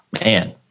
man